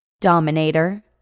dominator